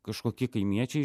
kažkokie kaimiečiai